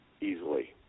easily